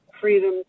freedom